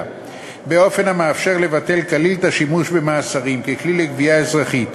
באופן המאפשר לבטל כליל את השימוש במאסרים ככלי לגבייה אזרחית.